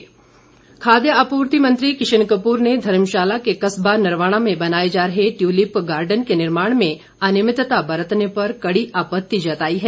किशन कपूर खाद्य आपूर्ति मंत्री किशन कपूर ने धर्मशाला के कस्बा नरवाणा में बनाए जा रहे ट्यूलिप गार्डन के निर्माण में अनियमितता बरतने पर कड़ी आपश्ति जताई है